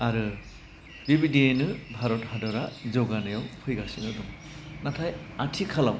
आरो बेबायदियैनो भारत हादरा जौगानायाव फैगासिनो दं नाथाइ आथिखालाव